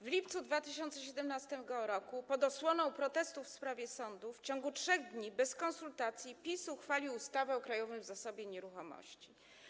W lipcu 2017 r., pod osłoną protestów w sprawie sądów, w ciągu 3 dni, bez konsultacji, PiS uchwalił ustawę o Krajowym Zasobie Nieruchomości.